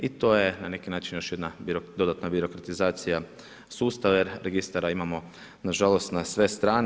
I to je na neki način još jedna dodatna birokratizacija sustava jer registara imamo nažalost na sve strane.